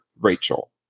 rachel